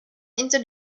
into